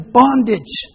bondage